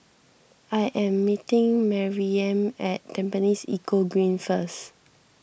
I am meeting Maryam at Tampines Eco Green first